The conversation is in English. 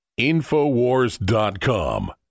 InfoWars.com